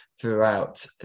throughout